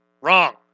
Wrong